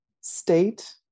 state